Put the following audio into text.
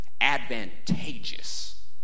advantageous